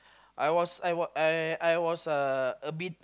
I was I was uh a bit